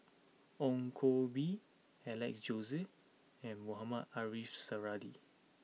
Ong Koh Bee Alex Josey and Mohamed Ariff Suradi